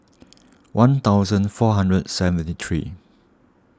one thousand four hundred seventy three